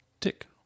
tick